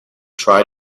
try